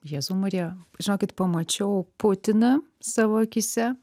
jėzau marija žinokit pamačiau putiną savo akyse